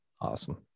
Awesome